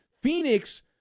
Phoenix